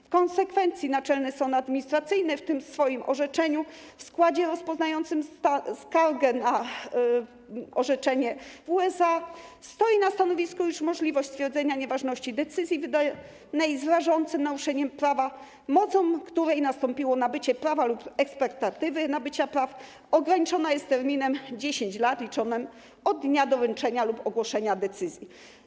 W konsekwencji Naczelny Sąd Administracyjny w tym orzeczeniu, w składzie rozpoznającym skargę na orzeczenie WSA, zajął stanowisko, iż możliwość stwierdzenia nieważności decyzji wydanej z rażącym naruszeniem prawa, mocą której nastąpiło nabycie prawa lub ekspektatywy nabycia praw, ograniczona jest terminem 10 lat, liczonych od dnia doręczenia lub ogłoszenia decyzji.